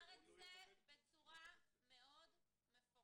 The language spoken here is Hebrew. הוא אמר את זה בצורה מאוד מפורשת